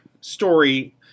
story